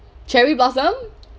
cherry blossom